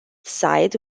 side